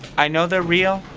i know they're real.